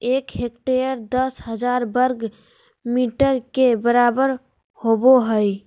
एक हेक्टेयर दस हजार वर्ग मीटर के बराबर होबो हइ